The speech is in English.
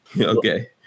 Okay